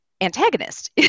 antagonist